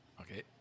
Okay